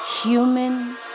Human